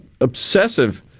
obsessive